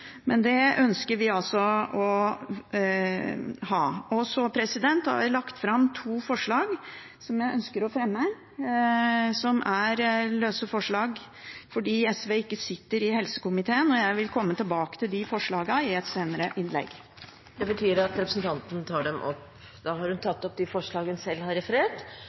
men det ønsker vi altså å ha. Så har vi lagt fram to forslag som jeg ønsker å fremme. Det er løse forslag, for SV sitter ikke i helsekomiteen. Jeg vil komme tilbake til de forslagene i et senere innlegg. Representanten Karin Andersen har tatt opp de forslagene hun refererte til. Det blir replikkordskifte. SV har